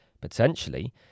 potentially